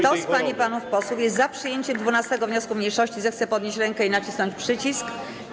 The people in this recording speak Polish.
Kto z pań i panów posłów jest za przyjęciem 12. wniosku mniejszości, zechce podnieść rękę i nacisnąć przycisk.